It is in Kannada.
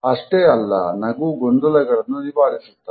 ಅಷ್ಟೇ ಅಲ್ಲ ನಗು ಗೊಂದಲಗಳನ್ನು ನಿವಾರಿಸುತ್ತದೆ